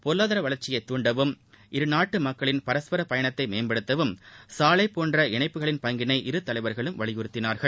பொருளாதார வளர்ச்சியைத் துண்டவும் இருநாட்டு மக்களின் பரஸ்பர பயணத்தை மேம்படுத்தவும் சாலை போன்ற இணைப்புகளின் பங்கினை இருதலைவர்களும் வலியுறுத்தினார்கள்